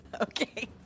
Okay